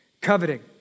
Coveting